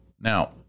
Now